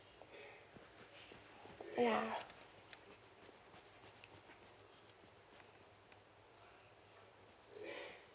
ya